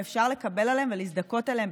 ואפשר לקבל עליהם ולהזדכות עליהם,